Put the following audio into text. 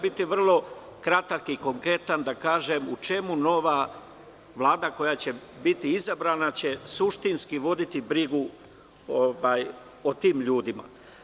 Biću vrlo kratak i konkretan, da kažem u čemu će nova Vlada, koja će biti izabrana, suštinski voditi brigu o tim ljudima.